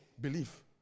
belief